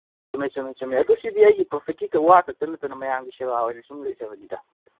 ꯆꯨꯝꯃꯦ ꯆꯨꯝꯃꯦ ꯆꯨꯝꯃꯦ ꯑꯗꯨ ꯁꯤꯗꯤ ꯑꯩꯒꯤ ꯄ꯭ꯔꯣꯐꯤꯠꯀꯤ ꯋꯥ ꯈꯛꯇ ꯅꯠꯇꯅ ꯃꯌꯥꯝꯒꯤ ꯁꯦꯕꯥ ꯑꯣꯏꯅ ꯁꯨꯝ ꯂꯩꯖꯕꯅꯤꯗ